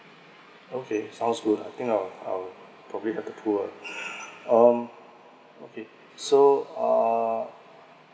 okay sounds good I think I will probably have the pu erh um okay so uh